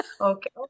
Okay